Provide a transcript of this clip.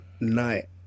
night